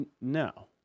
No